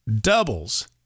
doubles